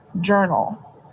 journal